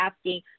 asking